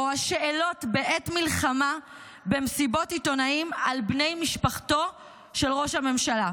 או שאלות בעת מלחמה במסיבות עיתונאים על בני משפחתו של ראש הממשלה?